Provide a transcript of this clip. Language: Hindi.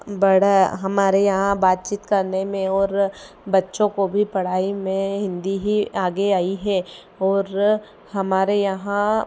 हम बढ़ा हमारे यहाँ बातचीत करने में और बच्चों को भी पढ़ाई में हिंदी ही आगे आई है और हमारे यहाँ